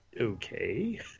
okay